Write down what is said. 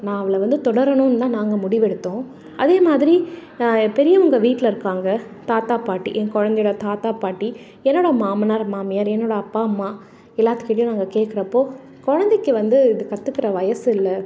நான் அவளை வந்து தொடரணும்னு தான் நாங்கள் முடிவெடுத்தோம் அதே மாதிரி பெரியவங்கள் வீட்டில் இருக்காங்க தாத்தா பாட்டி என் குழந்தையோட தாத்தா பாட்டி என்னோடய மாமனார் மாமியார் என்னோடய அப்பா அம்மா எல்லாத்துக்கிட்டையும் நாங்கள் கேட்குறப்போ குழந்தைக்கு வந்து இது கத்துக்கிற வயது இல்லை